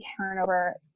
turnover